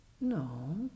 No